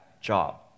job